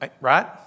Right